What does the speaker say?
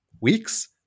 weeks